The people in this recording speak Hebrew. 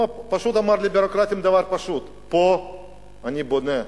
הוא אמר לביורוקרטים דבר פשוט: פה אני בונה,